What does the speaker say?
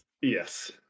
Yes